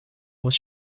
was